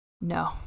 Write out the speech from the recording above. No